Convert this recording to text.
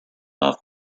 off